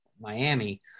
Miami